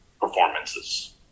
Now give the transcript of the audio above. performances